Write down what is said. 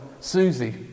Susie